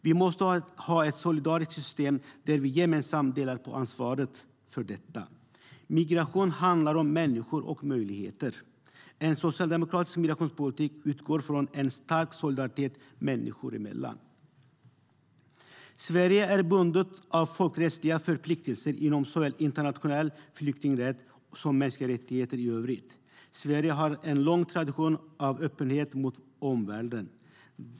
Vi måste ha ett solidariskt system där vi gemensamt delar på ansvaret. Sverige är bundet av folkrättsliga förpliktelser såväl inom internationell flyktingrätt som i frågor om mänskliga rättigheter i övrigt. Sverige har en lång tradition av öppenhet mot omvärlden.